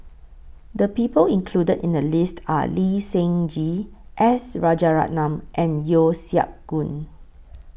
The People included in The list Are Lee Seng Gee S Rajaratnam and Yeo Siak Goon